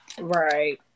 Right